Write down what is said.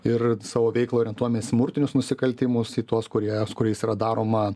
ir savo veiklą orientuojame į smurtinius nusikaltimus į tuos kurie su kuriais yra daroma